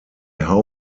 how